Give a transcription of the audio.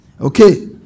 Okay